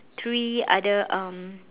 three other um